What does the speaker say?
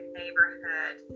neighborhood